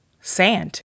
sand